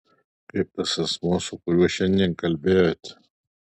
kaip tas asmuo su kuriuo šiandien kalbėjote